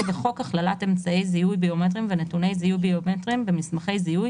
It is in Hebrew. בחוק הכללת אמצעי זיהוי ביומטריים ונתוני זיהוי ביומטריים במסמכי זיהוי